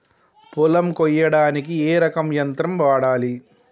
పొలం కొయ్యడానికి ఏ రకం యంత్రం వాడాలి?